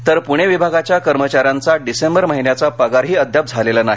तर पुणे विभागाच्या कर्मचाऱ्यांचा डिसेंबर महिन्यांचा पगारही अद्याप झालेला नाही